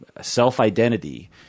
self-identity